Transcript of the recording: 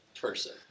person